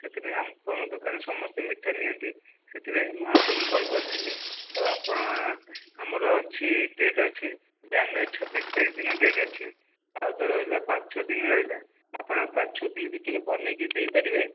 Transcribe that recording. ସେଥିପାଇଁ ଆପଣ ଦୋକାନ ସମସ୍ତେ ମିଠା ନିଅନ୍ତି ସେଥିପାଇଁ ମୁଁ ଆପଣଙ୍କୁ କଲ କରିଥିଲି ଆଉ ଆପଣ ଆମର ଅଛି ଡେଟ୍ ଅଛି ଜାନୁଆରୀ ଛବିଶତାରିଖ ଦିନ ଡେଟ୍ ଅଛି ଆଉ ତ ରହିଲା ପାଞ୍ଚ ଛଅ ଦିନ ରହିଲା ଆପଣ ପାଞ୍ଚ ଛଅ ଦିନ ଭିତରେ ବନାଇକି ଦେଇପାରିବେ